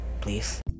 please